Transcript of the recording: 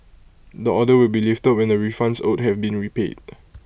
the order will be lifted when the refunds owed have been repaid